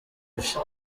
ivyo